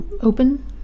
open